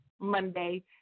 Monday